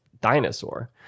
dinosaur